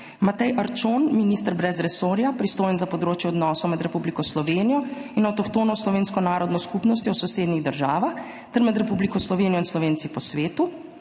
Matej Arčon, minister brez resorja, pristojen za področje odnosov med Republiko Slovenijo in avtohtono slovensko narodno skupnostjo v sosednjih državah ter med Republiko Slovenijo in Slovenci po svetu,